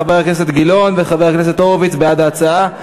חבר הכנסת גילאון וחבר הכנסת הורוביץ בעד ההצעה,